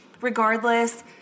Regardless